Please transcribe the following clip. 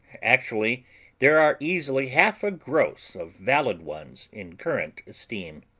actually there are easily half a gross of valid ones in current esteem.